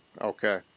Okay